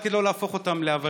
רק כדי לא להפוך אותם לעבריינים.